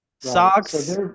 Socks